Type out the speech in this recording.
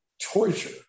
torture